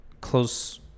close